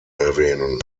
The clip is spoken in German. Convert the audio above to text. erwähnen